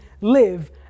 live